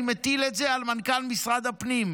אני מטיל את זה על מנכ"ל משרד הפנים,